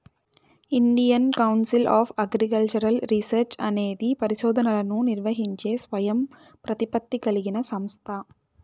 Indian Council of Agricultural Research అనేది పరిశోధనలను నిర్వహించే స్వయం ప్రతిపత్తి కలిగిన సంస్థ